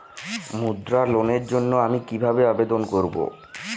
মুদ্রা লোনের জন্য আমি কিভাবে আবেদন করবো?